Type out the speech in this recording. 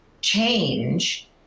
change